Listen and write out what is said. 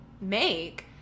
make